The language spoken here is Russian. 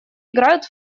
играют